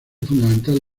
fundamental